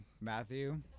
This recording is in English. matthew